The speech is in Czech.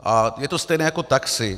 A je to stejné jako taxi.